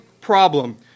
problem